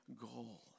goal